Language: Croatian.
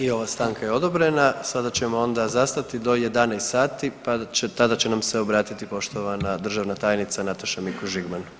I ova stanka je odobrena, sada ćemo onda zastati do 11 sati, pa tada će nam se obratiti poštovana državna tajnica Nataša Mikuš Žigman.